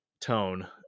tone